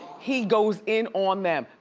he goes in on them.